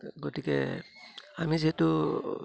গতিকে আমি যিহেতু